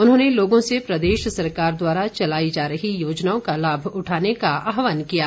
उन्होंने लोगों से प्रदेश सरकार द्वारा चलाई जा रही योजनाओं का लाभ उठाने का आहवान किया है